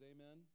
Amen